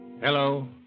Hello